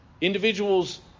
Individuals